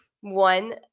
one